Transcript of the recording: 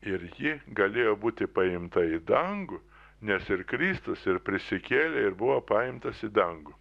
ir ji galėjo būti paimta į dangų nes ir kristus ir prisikėlė ir buvo paimtas į dangų